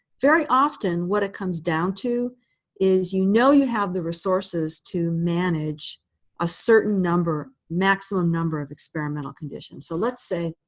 very often, what it comes down to is you know you have the resources to manage a certain number, a maximum number of experimental conditions. so let's say